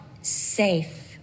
safe